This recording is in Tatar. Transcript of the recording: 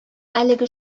әлеге